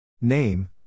Name